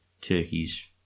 Turkey's